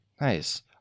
Nice